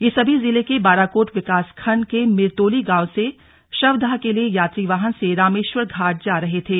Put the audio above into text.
ये सभी जिले के बाराकोट विकास खंड के मिरतोली गांव से शवदाह के लिए यात्री वाहन से रामेश्वर घाट जा रहे थे